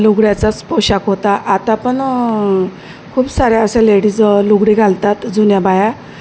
लुगड्याचाच पोशाख होता आता पण खूप सारे असे लेडीज लुगडी घालतात जुन्या बाया